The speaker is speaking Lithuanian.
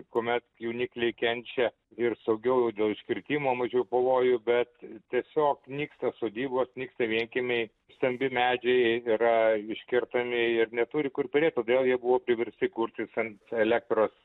kuomet jaunikliai kenčia ir saugiau jau dėl iškritimo mažiau pavojų bet tiesiog nyksta sodybos nyksta vienkiemiai stambi medžiai yra iškertami ir neturi kur perėt todėl jie buvo priversti kurtis an elektros